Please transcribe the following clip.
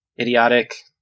idiotic